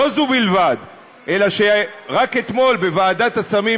לטובת אזרחי מדינת ישראל,